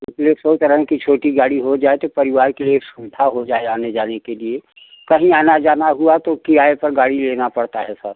इसलिए सोच रहें कि छोटी गाड़ी हो जाए तो परिवार के लिए सुविधा हो जाए आने जाने के लिए कहीं आना जाना हुआ तो किराये पर गाड़ी लेना पड़ता है सर